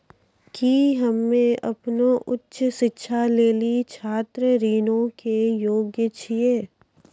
कि हम्मे अपनो उच्च शिक्षा लेली छात्र ऋणो के योग्य छियै?